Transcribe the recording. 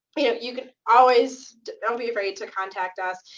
you know you can always don't be afraid to contact us.